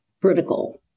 critical